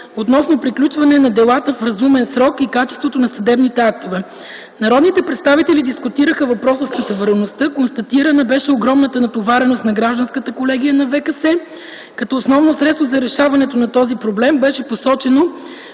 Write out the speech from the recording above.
относно приключването на делата в разумен срок и качеството на съдебните актове. Народните представители дискутираха въпроса с натовареността. Констатирана беше огромната натовареност на Гражданската колегия на ВКС. Като основно средство за решаването на този проблем беше посочено